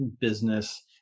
business